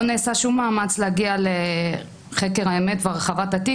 לא נעשה שום מאמץ להגיע לחקר האמת והרחבת התיק.